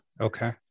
Okay